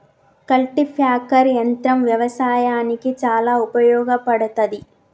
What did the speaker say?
cultipacker యంత్రం వ్యవసాయానికి చాలా ఉపయోగపడ్తది